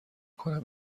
کنم